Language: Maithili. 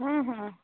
हँ हँ